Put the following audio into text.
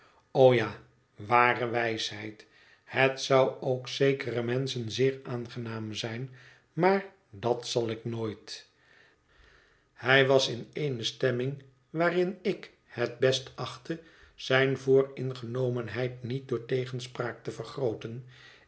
o ja ware wijsheid het zou ook zekeren menschen zeer aangenaam zijn maar dat zal ik nooit hij was in eene stemming waarin ik het best achtte zijn vooringenomenheid niet door tegenspraak te vergrooten